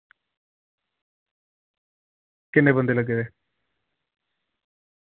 किन्ने बंदे लग्गे दे